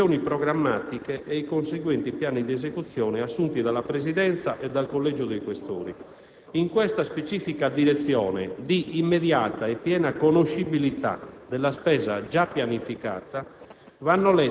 le decisioni programmatiche e i conseguenti piani di esecuzione assunti dalla Presidenza e dal Collegio dei senatori Questori. In questa specifica direzione, di immediata e piena conoscibilità della spesa già pianificata,